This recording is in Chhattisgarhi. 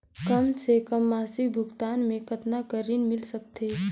कम से कम मासिक भुगतान मे कतना कर ऋण मिल सकथे?